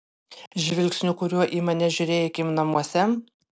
žvilgsniu kuriuo į mane žiūrėjai kim namuose